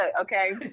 okay